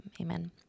Amen